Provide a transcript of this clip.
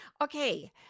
Okay